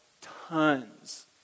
tons